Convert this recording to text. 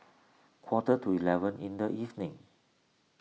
quarter to eleven in the evening